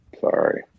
Sorry